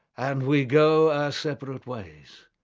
and we go our separate ways,